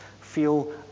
feel